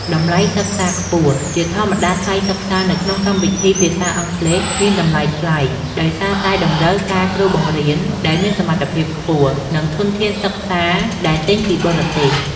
តម្លៃសិក្សាខ្ពស់ ជាធម្មតា ថ្លៃសិក្សានៅក្នុងកម្មវិធីភាសាអង់គ្លេសមានតម្លៃថ្លៃ ដោយសារតែតម្រូវការគ្រូបង្រៀនដែលមានសមត្ថភាពខ្ពស់ និងធនធានសិក្សាដែលទិញពីបរទេស។